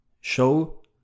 show